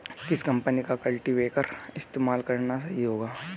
किस कंपनी का कल्टीपैकर इस्तेमाल करना सही होगा?